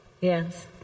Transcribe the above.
Yes